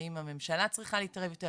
האם הממשלה צריכה להתערב יותר?